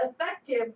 effective